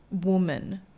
woman